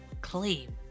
claim